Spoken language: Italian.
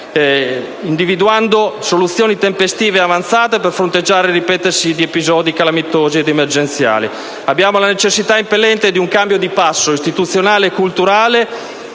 individuare soluzioni tempestive e avanzate per fronteggiare il ripetersi di episodi calamitosi ed emergenziali. Abbiamo la necessita impellente di un cambio di passo istituzionale e culturale